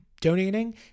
donating